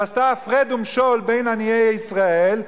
שעשתה הפרד ומשול בין עניי ישראל,